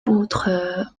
poutres